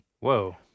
Whoa